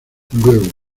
luego